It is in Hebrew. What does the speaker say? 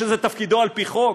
שזה תפקידו על פי חוק?